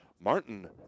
Martin